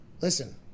listen